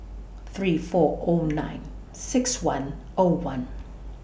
three four O nine six one O one